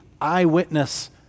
eyewitness